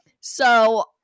So-